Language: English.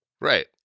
Right